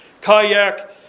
kayak